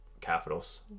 capitals